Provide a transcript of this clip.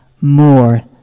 more